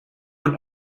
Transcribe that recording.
und